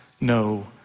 no